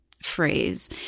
Phrase